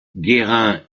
guérin